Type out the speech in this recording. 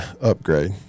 upgrade